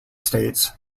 states